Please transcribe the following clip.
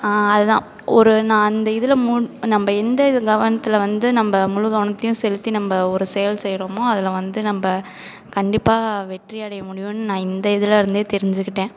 அது தான் ஒரு நான் அந்த இதில் மூண் நம்ம எந்த இது கவனத்தில் வந்து நம்ம முழு கவனத்தையும் செலுத்தி நம்ம ஒரு செயல் செய்கிறோமோ அதில் வந்து நம்ம கண்டிப்பா வெற்றி அடைய முடியுன்னு நான் இந்த இதில் இருந்தே தெரிஞ்சிக்கிட்டேன்